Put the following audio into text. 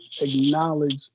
acknowledge